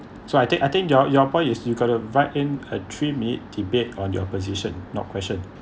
so I take I think your your points is you got to write in a three minute debate on the opposition not question